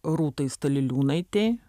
rūtai staliliūnaitei